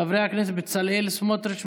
חברי הכנסת בצלאל סמוטריץ',